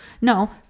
no